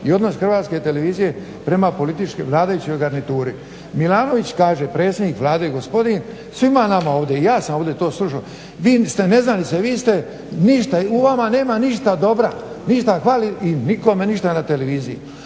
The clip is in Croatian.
i odnos hrvatske televizije prema političkom narječju i garnituri. Milanović kaže predsjednik Vlade i gospodin svima nama ovdje i ja sam ovdje to slušao, vi ste neznalice, vi ste ništa, u vama nema ništa dobra, ništa hvali i nikome ništa na televiziji.